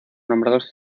nombrados